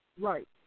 Right